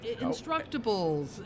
Instructables